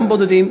גם הבודדים,